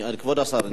כבוד השר,